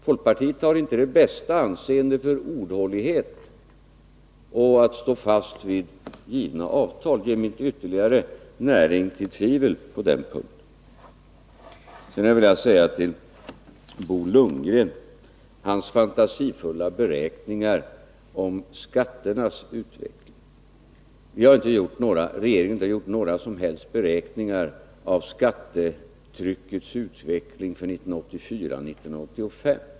Folkpartiet har inte det bästa anseende för ordhållighet och för att stå fast vid givna avtal. Ge inte ytterligare näring till tvivel på den punkten! Sedan vill jag säga till Bo Lundgren, på grund av hans fantasifulla beräkningar av skatternas utveckling, att regeringen inte har gjort några som helst beräkningar av skattetryckets utveckling för 1984 och 1985.